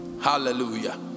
Hallelujah